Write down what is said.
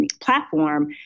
platform